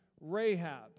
Rahab